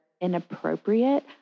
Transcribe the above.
inappropriate